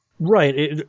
Right